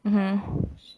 mmhmm